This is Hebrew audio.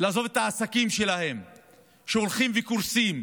לעזוב את העסקים שלהם שהולכים וקורסים,